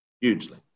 hugely